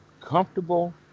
comfortable